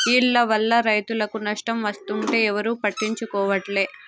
ఈల్ల వల్ల రైతులకు నష్టం వస్తుంటే ఎవరూ పట్టించుకోవట్లే